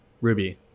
ruby